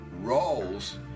roles